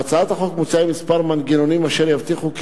בהצעת החוק מוצעים כמה מנגנונים אשר יבטיחו את